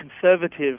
conservative